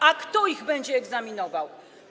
A kto ich będzie egzaminował?